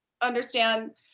understand